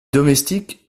domestiques